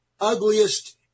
ugliest